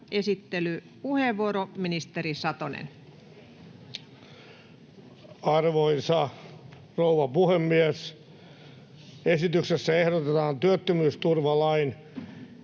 esittelypuheenvuoro, ministeri Satonen. Arvoisa rouva puhemies! Esityksessä ehdotetaan työttömyysturvalain